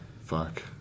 Fuck